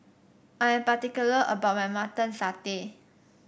I am particular about my Mutton Satay